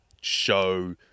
show